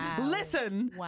listen